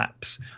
apps